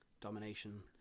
domination